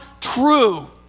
true